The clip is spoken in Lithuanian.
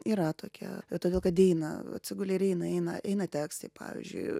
yra tokie todėl kad eina atsiguli ir eina eina eina tekstai pavyzdžiui